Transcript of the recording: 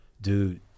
dude